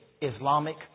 Islamic